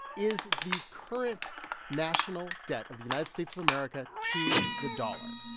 is the current national debt of the united states of america to the dollar.